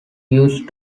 used